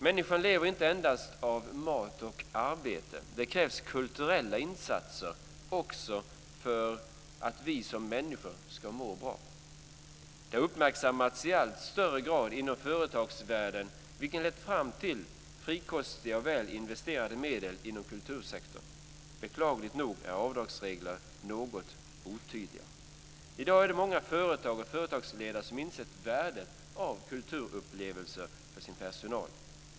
Människan lever inte endast av mat och arbete. Det krävs också kulturella insatser för att vi som människor ska må bra. Det har uppmärksammats i allt högre grad inom företagsvärlden, vilket lett fram till frikostiga och väl investerade medel inom kultursektorn. Beklagligt nog är avdragsreglerna något otydliga. I dag är det många företag och företagsledare som insett värdet av kulturupplevelser för sin personal.